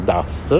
Das